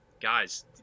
guys